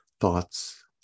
thoughts